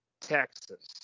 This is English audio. Texas